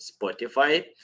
Spotify